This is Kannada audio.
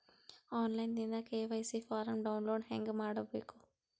ಆನ್ ಲೈನ್ ದಿಂದ ಕೆ.ವೈ.ಸಿ ಫಾರಂ ಡೌನ್ಲೋಡ್ ಹೇಂಗ ಮಾಡಬೇಕು?